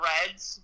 Reds